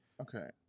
okay